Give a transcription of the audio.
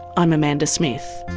i'm amanda smith.